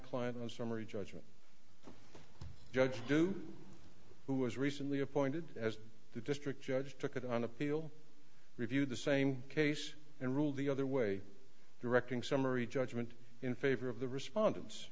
client and summary judgment judge due who was recently appointed as the district judge took it on appeal reviewed the same case and ruled the other way directing summary judgment in favor of the respondents